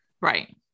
Right